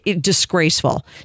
Disgraceful